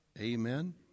Amen